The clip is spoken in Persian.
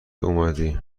اومدی